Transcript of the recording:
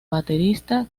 baterista